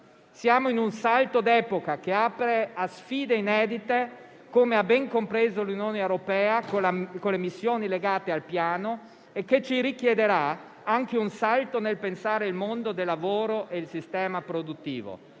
Siamo in un salto d'epoca, che apre a sfide inedite, come ha ben compreso l'Unione europea con le missioni legate al piano, e che richiederà anche un salto nel pensare il mondo del lavoro e il sistema produttivo.